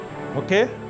Okay